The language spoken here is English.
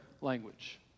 language